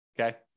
Okay